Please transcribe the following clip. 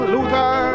Luther